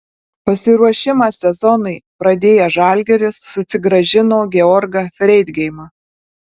pasiruošimą sezonui pradėjęs žalgiris susigrąžino georgą freidgeimą